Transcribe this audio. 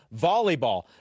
volleyball